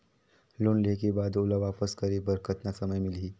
Loan लेहे के बाद ओला वापस करे बर कतना समय मिलही?